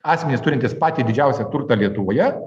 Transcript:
asmenys turintys patį didžiausią turtą lietuvoje